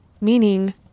meaning